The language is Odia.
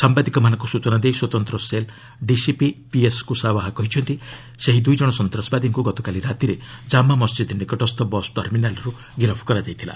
ସାମ୍ବାଦିକମାନଙ୍କୁ ସୂଚନା ଦେଇ ସ୍ୱତନ୍ତ୍ର ସେଲ୍ ଡିସିପି ପିଏସ୍ କୁଶାୱା କହିଛନ୍ତି ଏହି ଦୁଇ ଜଣ ସନ୍ତାସବାଦୀକୁ ଗତକାଲି ରାତିରେ ଜାମା ମସ୍ଜିଦ୍ ନିକଟସ୍ଥ ବସ୍ ଟର୍ମିନାଲ୍ରୁ ଗିରଫ୍ କରାଯାଇଛି